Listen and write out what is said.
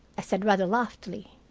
i said, rather loftily.